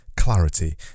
Clarity